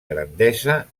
grandesa